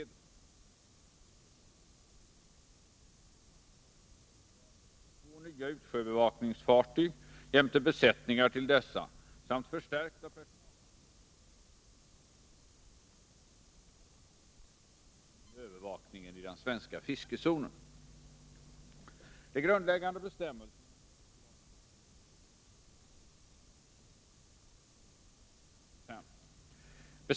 Under de närmaste följande budgetåren erhöll kustbevakningen två nya utsjöbevakningsfartyg jämte besättningar till dessa samt förstärkta personalresurser på vissa sambandscentraler för att klara de ökade arbetsuppgifterna i samband med övervakningen i den svenska fiskezonen. De grundläggande bestämmelserna om kustbevakningens befogenheter vid fisketillsynen finns i en kungörelse från år 1955.